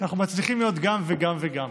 אנחנו מצליחים להיות גם וגם וגם.